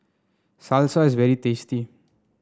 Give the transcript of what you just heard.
salsa is very tasty